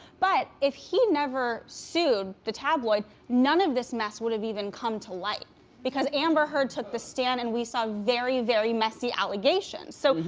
but if he never sued the tabloid, none of this mess would have even come to light because amber heard took the stand and we saw very, very messy allegations. so,